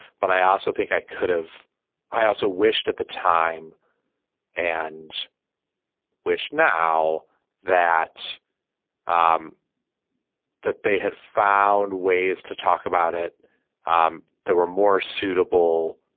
but i also think i could have i also wished at the time and wish now that um that they had found ways to talk about it um that were more suitable.